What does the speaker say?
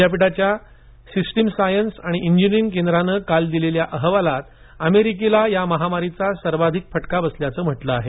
विद्यापीठाच्या systems science आणि engineering केंद्रानं काल दिलेल्या अहवालात अमेरिकेला या महामारीचा सर्वाधिक फटका बसल्याचं म्हटलं आहे